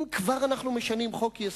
אם אנחנו כבר משנים חוק-יסוד,